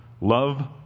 Love